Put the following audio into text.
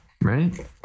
Right